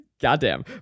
Goddamn